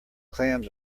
clams